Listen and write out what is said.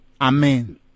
Amen